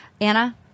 Anna